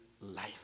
life